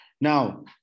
Now